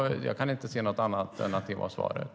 Jag kan inte se något annat än att det var svaret.